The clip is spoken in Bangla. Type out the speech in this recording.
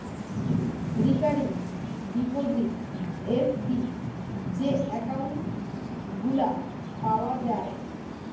রিকারিং ডিপোজিট, এফ.ডি যে একউন্ট গুলা পাওয়া যায়